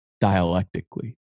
dialectically